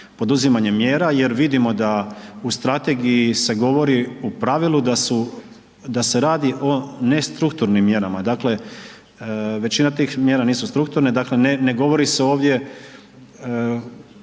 poduzimanje mjera, jer vidimo da u Strategiji se govori u pravilu da su, da se radi o nestrukturnim mjerama, dakle većina tih mjera nisu strukturne, dakle ne govori se ovdje